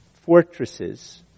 fortresses